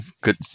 good